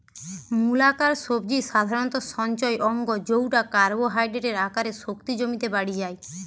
মূলাকার সবজি সাধারণত সঞ্চয় অঙ্গ জউটা কার্বোহাইড্রেটের আকারে শক্তি জমিতে বাড়ি যায়